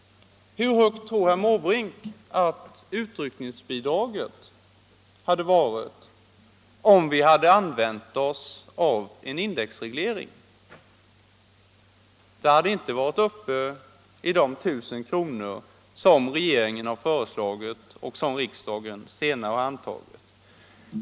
Hur högt tror herr Måbrink att utryckningsbidraget hade varit, om vi hade använt oss av en indexreglering? Det hade inte varit uppe i de 1 000 kr. som regeringen har föreslagit och som riksdagen senare har antagit.